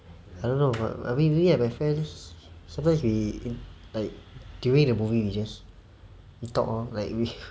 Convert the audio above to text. I don't know like I mean me and my friends sometimes we like during the movie we just talk lor like we